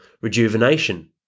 rejuvenation